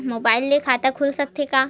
Mobile से खाता खुल सकथे का?